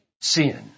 sin